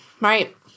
right